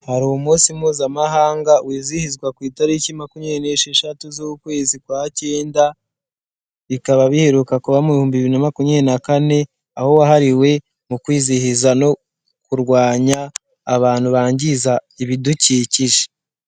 Hari umunsi mpuzamahanga wizihizwa ku itariki makumyabiri n'esheshatu z'ukwezi kwa cyenda, bikaba biheruka kuba mu bihumbi bibiri na makumyabiri na kane, aho wahariwe mu kwizihiza no kurwanya abantu bangiza ibidukikije.